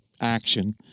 action